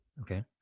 Okay